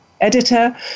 editor